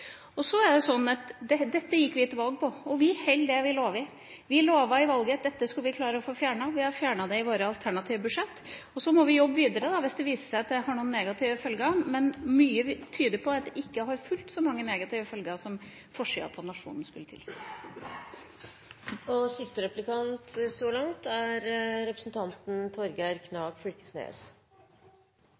familier. Så er det sånn at dette gikk vi til valg på. Vi holder det vi lover. Vi lovte i valget at dette skulle vi klare å få fjernet. Vi har fjernet det i vårt alternative budsjett. Så må vi jobbe videre hvis det viser seg at det har noen negative følger, men mye tyder på at det ikke har fullt så mange negative følger som forsiden på Nationen skulle tilsi. Lat det ikkje vere nokon tvil: Alt som kjem frå denne regjeringa, har eit avtrykk frå Venstre. Det er